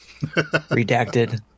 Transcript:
Redacted